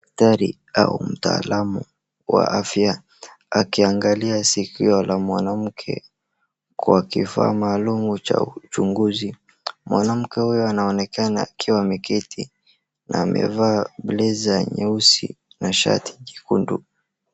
Daktari au mtaalamu wa afya akiangalia sikio la mwanamke kwa kifaa maalum cha uchunguzi. Mwanamke huyo anaonekana akiwa ameketi na amevaa blazer nyeusi na shati nyekundu.